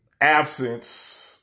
absence